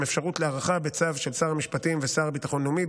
עם אפשרות להארכה בצו של שר המשפטים והשר לביטחון לאומי,